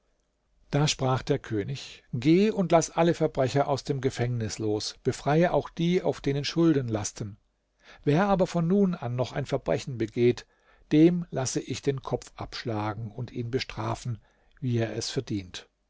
da sprach der könig geh und laß alle verbrecher aus dem gefängnis los befreie auch die auf denen schulden lasten wer aber von nun an noch ein verbrechen begeht dem lasse ich den kopf abschlagen und ihn bestrafen wie er es verdient